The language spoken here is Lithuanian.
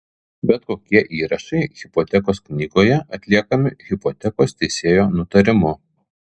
bet kokie įrašai hipotekos knygoje atliekami hipotekos teisėjo nutarimu